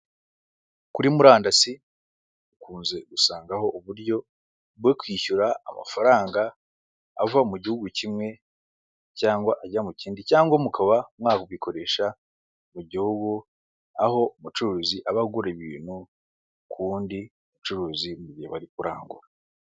Kuri murandasi ukunze gusangaho uburyo bwo kwishyura amafaranga ava mu Gihugu kimwe cyangwa ajya mu kindi, cyangwa mukaba mwabikoresha mu Gihugu aho umucuruzi aba agura ibintu ku wundi mucuruzi mu gihe bari kurangura.